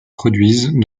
produisent